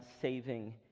saving